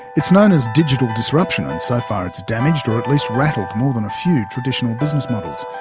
it's known as digital disruption, and so far it's damaged or at least rattled more than a few traditional business models.